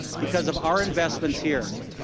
because of our investments here.